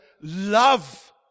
love